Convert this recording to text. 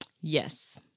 Yes